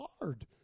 hard